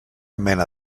mena